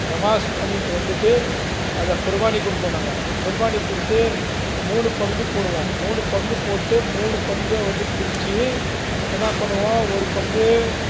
நமாஸ் பண்ணிட்டு வந்துவிட்டு அதை குர்பானி கொடுப்போம் நாங்கள் குர்பானி கொடுத்து மூணு பங்கு போடுவோம் மூணு பங்கு போட்டு மூணு பங்கை வந்து பிரிச்சு என்ன பண்ணுவோம் ஒரு பங்கு